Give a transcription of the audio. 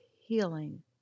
healing